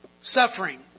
suffering